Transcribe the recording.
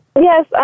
Yes